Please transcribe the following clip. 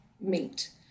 meet